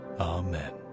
amen